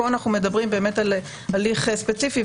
פה אנחנו מדברים על הליך ספציפי,